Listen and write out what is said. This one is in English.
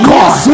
God